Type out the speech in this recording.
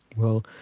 well,